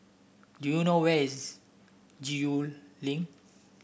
do you know where is Gul Link